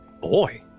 boy